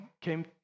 came